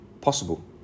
possible